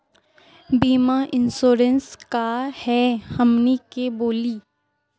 बीमा इंश्योरेंस का है हमनी के बोली?